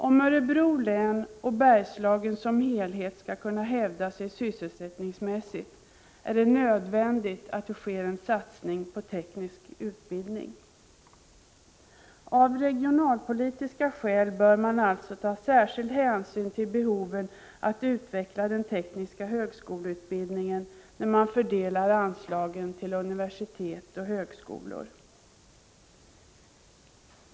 Om Örebro län och Bergslagen som helhet skall kunna hävda sig sysselsättningsmässigt, är det nödvändigt att det sker en satsning på teknisk utbildning. Av regionalpolitiska skäl bör man alltså ta särskild hänsyn till behoven att utveckla den tekniska högskoleutbildningen när man fördelar anslagen till universitet och högskolor.